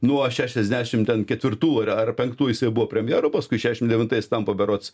nuo šešiasdešimt ten ketvirtų ar penktų jisai buvo premjeru paskui šešiasdešimt devintais tampa berods